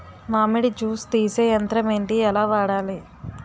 మామిడి జూస్ తీసే యంత్రం ఏంటి? ఎలా వాడాలి?